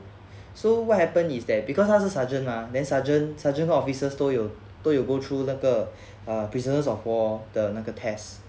so what happen is that because 他是 sergeant mah then sergeant sergeant officers 都有都有 go through 那个 err prisoners of war the 那个 test